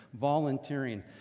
volunteering